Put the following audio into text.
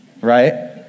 Right